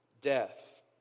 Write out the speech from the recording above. death